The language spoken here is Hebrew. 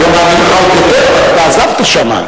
אני היום מאמין לך עוד יותר, אבל אתה עזבת שם.